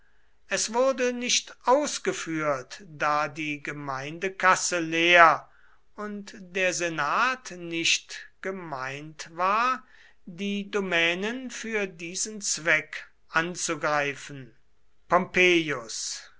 es wurde nicht ausgeführt da die gemeindekasse leer und der senat nicht gemeint war die domänen für diesen zweck anzugreifen